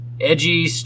Edgy